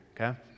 okay